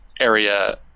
area